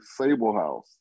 Sablehouse